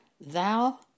Thou